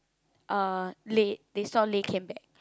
uh Lei they saw Lei came back